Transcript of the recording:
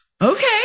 okay